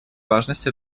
важность